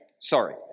sorry